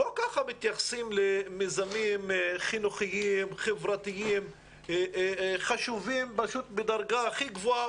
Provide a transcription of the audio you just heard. לא כך מתייחסים למיזמים חינוכיים חברתיים חשובים בדרגה הכי גבוהה,